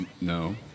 No